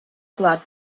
glad